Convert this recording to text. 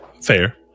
Fair